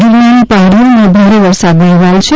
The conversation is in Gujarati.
ગિરનારની પહાડીઓમાં ભારે વરસાદના અહેવાલ છે